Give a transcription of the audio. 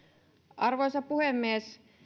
arvoisa puhemies